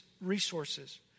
resources